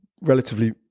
relatively